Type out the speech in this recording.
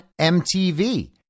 MTV